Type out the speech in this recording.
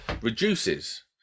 reduces